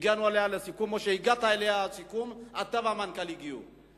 שהגענו אליה לסיכום או שאתה והמנכ"ל הגיעו לסיכום.